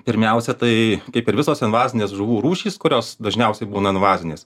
pirmiausia tai kaip ir visos invazinės žuvų rūšys kurios dažniausiai būna invazinės